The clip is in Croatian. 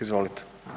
Izvolite.